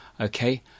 Okay